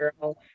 girl